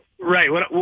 Right